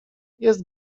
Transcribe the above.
jest